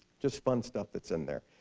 just fun stuff that's in there.